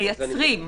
מייצרים.